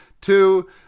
two